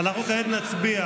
אנחנו כעת נצביע.